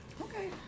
okay